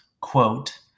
quote